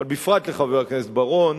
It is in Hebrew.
אבל בפרט לחבר הכנסת בר-און,